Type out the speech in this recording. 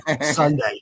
Sunday